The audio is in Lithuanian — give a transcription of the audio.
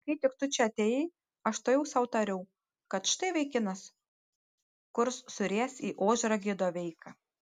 kai tik tu čia atėjai aš tuojau sau tariau kad štai vaikinas kurs suries į ožragį doveiką